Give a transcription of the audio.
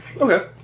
Okay